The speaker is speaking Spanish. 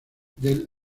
del